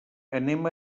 anem